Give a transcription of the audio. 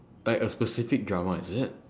like a specific drama is it